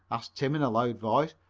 asked tim in a loud voice.